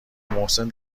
محسن